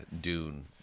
dune